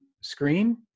screen